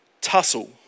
tussle